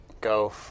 go